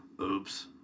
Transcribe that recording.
Oops